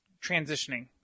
transitioning